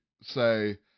say